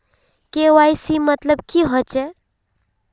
KYC मतलब की होचए?